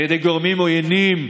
על ידי גורמים עוינים,